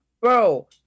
bro